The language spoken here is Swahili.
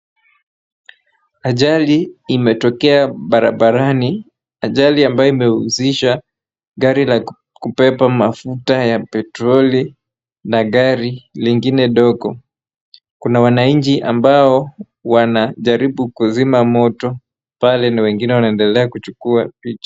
Ajali imetokea barabarani. Ajali ambayo imehusisha gari la kubeba mafuta ya petroli na gari lingine dogo. Kuna wananchi ambao wanajaribu kuzima moto pale na wengine wanaendelea kuchukua picha.